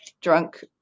drunk